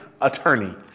attorney